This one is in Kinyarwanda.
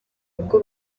ubwo